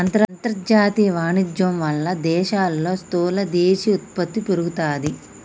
అంతర్జాతీయ వాణిజ్యం వాళ్ళ దేశాల్లో స్థూల దేశీయ ఉత్పత్తి పెరుగుతాది